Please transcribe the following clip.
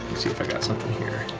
see if i got something here.